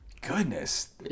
Goodness